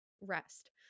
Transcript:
rest